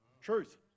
Truth